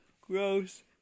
gross